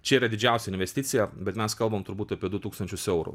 čia yra didžiausia investicija bet mes kalbam turbūt apie du tūkstančius eurų